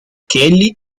kelly